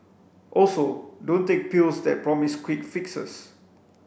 also don't take pills that promise quick fixes